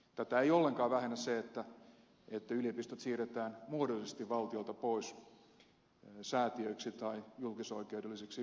tätä ei ollenkaan vähennä se että yliopistot siirretään muodollisesti valtiolta pois säätiöiksi tai julkisoikeudellisiksi yhteisöiksi